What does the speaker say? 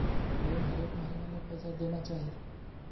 Loan हरेक महीना में पैसा देना चाहि?